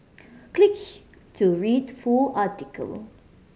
click to read full article